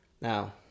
Now